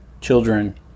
children